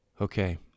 Okay